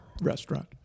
restaurant